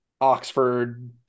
Oxford